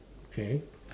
okay